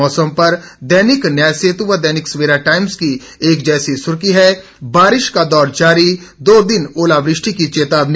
मौसम पर दैनिक न्याय सेतु व दैनिक सवेरा टाइम्स की एक जैसी सुर्खी है बारिश का दौर जारी दो दिन ओलावृष्टि की चेतावनी